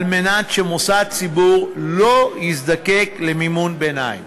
על מנת שמוסד ציבור לא יזדקק למימון ביניים